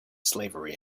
slavery